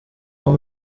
aho